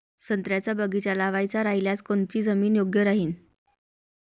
संत्र्याचा बगीचा लावायचा रायल्यास कोनची जमीन योग्य राहीन?